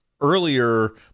earlier